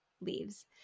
leaves